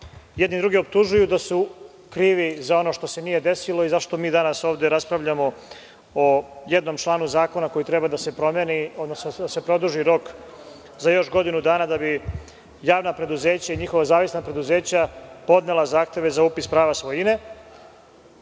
Jedni druge optužuju da su krivi za šta se nije desilo i što ovde raspravljamo ovde o jednom članu zakona koji treba da se promeni, odnosno da se produži rok za još godinu dana da bi javna preduzeća i njihova zavisna preduzeća podnela zahteve za upis prava svojine,